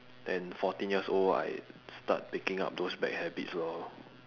and fourteen years old I start picking up those bad habits lor